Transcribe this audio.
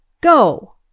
go